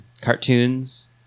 cartoons